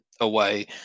away